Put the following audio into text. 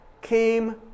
came